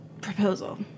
proposal